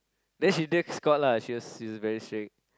then she just call lah she was very strict